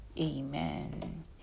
Amen